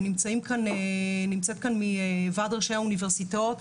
ונמצאת כאן מוועד ראשי האוניברסיטאות,